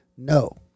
No